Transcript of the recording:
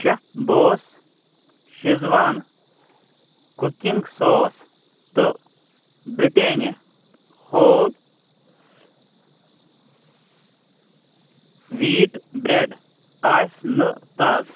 chef boss schezwan cooking sauce تہٕ Britannia whole wheat bread آسہِ نہٕ تازٕ